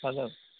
அதுதான்